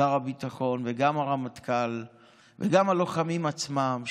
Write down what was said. לשר הביטחון וגם הרמטכ"ל וגם ללוחמים עצמם,